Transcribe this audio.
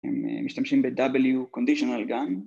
הם משתמשים ב-W conditional גם